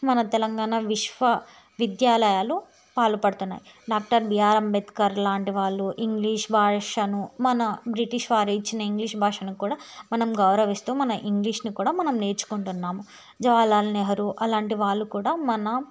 మన తెలంగాణ విశ్వవిద్యాలయాలు పాల్పడుతున్నాయి డాక్టర్ బీఆర్ అంబేద్కర్ లాంటి వాళ్ళు ఇంగ్లీష్ భాషను మన బ్రిటిష్ వారు ఇచ్చిన ఇంగ్లీష్ భాషను కూడా మనం గౌరవిస్తు మన ఇంగ్లీష్ను కూడా మనం నేర్చుకుంటున్నాం జవహర్లాల్ నెహ్రూ అలాంటి వాళ్ళు కూడా మన